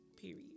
period